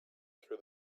through